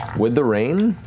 with the rain,